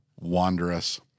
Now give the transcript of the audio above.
wanderous